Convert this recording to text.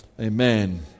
Amen